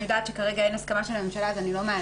אני יודעת שכרגע אין הסכמה של הממשלה ואני לא מעלה אותה.